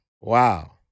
Wow